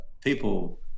people